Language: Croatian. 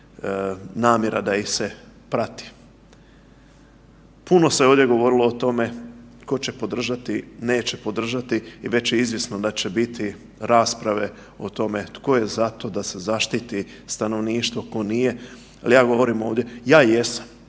namjera da ih se prati. Puno se ovdje govorilo o tome tko će podržati, neće podržati i već je izvjesno da će biti rasprave o tome tko je za to da se zaštiti stanovništvo, tko nije. Ali ja govorim ovdje, ja jesam,